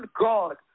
God